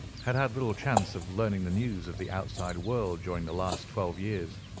had had little chance of learning the news of the outside world during the last twelve years.